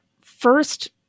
first